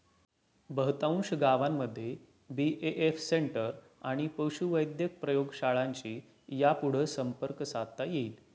बहुतांश गावांमध्ये BAF centre आणि पशुवैद्यक प्रयोगशाळांशी यापुढं संपर्क साधता येईल